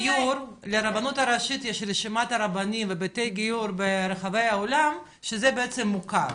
לרבנות הראשית יש רשימת רבנים ובתי גיור ברחבי העולם שזה בעצם מוכר.